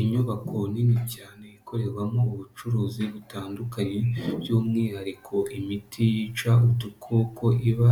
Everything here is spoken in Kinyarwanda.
Inyubako nini cyane ikorerwamo ubucuruzi butandukanye by'umwihariko imiti yica udukoko iba